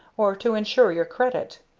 or to ensure your credit.